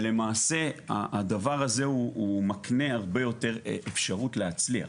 ולמעשה הדבר הזה הוא מקנה הרבה יותר אפשרות להצליח.